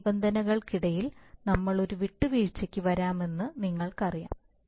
ഈ നിബന്ധനകൾക്കിടയിൽ നമ്മൾ ഒരു വിട്ടുവീഴ്ചയ്ക്ക് വരാമെന്ന് നിങ്ങൾക്കറിയാം